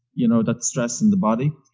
you know, that stress in the body?